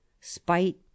Spite